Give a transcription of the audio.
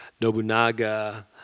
Nobunaga